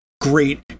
great